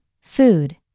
Food